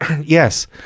Yes